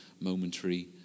momentary